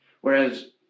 Whereas